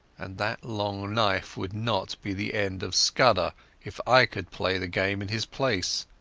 and that long knife would not be the end of scudder if i could play the game in his place.